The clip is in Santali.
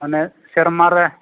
ᱚᱱᱮ ᱥᱮᱨᱢᱟ ᱨᱮ